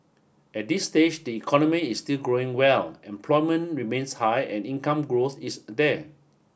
at this stage the economy is still growing well employment remains high and income growth is there